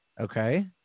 Okay